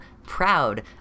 proud